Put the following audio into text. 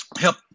help